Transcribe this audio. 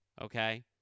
Okay